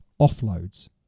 Offloads